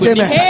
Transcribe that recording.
Amen